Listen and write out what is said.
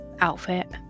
outfit